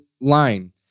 line